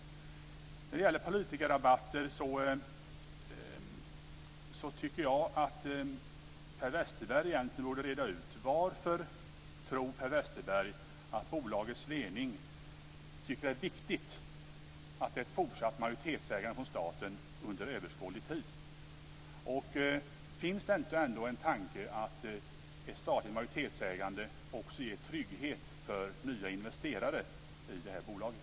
I fråga om politikerrabatter borde Per Westerberg reda ut varför han tror att bolagets ledning tycker att det är viktigt att det är ett fortsatt majoritetsägande av staten under överskådlig tid. Finns det ändå inte en tanke att ett statligt majoritetsägande också ger trygghet för nya investerare i bolaget?